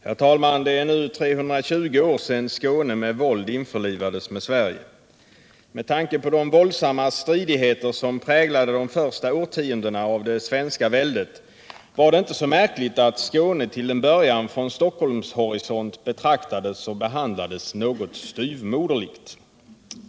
Herr talman! Det är nu 320 år sedan Skåne med våld införlivades med Sverige. Med tanke på de våldsamma stridigheter som präglade de första årtiondena av det svenska väldet var det inte så märkligt att Skåne till en början från Stockholmshorisont betraktades och behandlades något styvmoderligt.